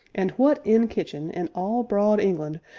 and what inn kitchen, in all broad england,